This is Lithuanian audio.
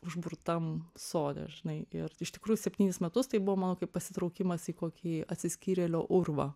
užburtam sode žinai ir iš tikrųjų septynis metus tai buvo mano kaip pasitraukimas į kokį atsiskyrėlio urvą